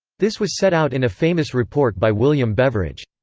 this was set out in a famous report by william beveridge.